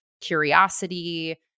curiosity